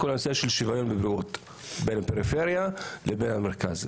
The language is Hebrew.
כל הנושא של שוויון בבריאות בין הפריפריה לבין המרכז,